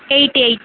eight eight